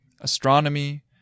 astronomy